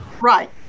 Right